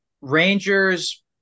Rangers